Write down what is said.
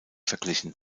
verglichen